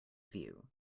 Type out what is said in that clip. view